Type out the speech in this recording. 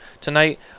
tonight